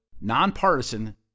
nonpartisan